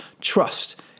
trust